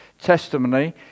testimony